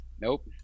Nope